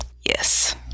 Yes